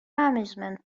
amusement